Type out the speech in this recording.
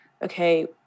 okay